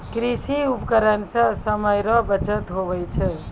कृषि उपकरण से समय रो बचत हुवै छै